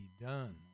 done